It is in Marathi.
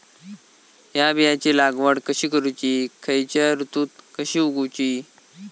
हया बियाची लागवड कशी करूची खैयच्य ऋतुत कशी उगउची?